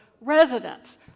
residents